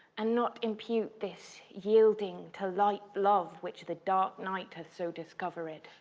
and not impute this yielding to light love, which the dark night hath so discovered.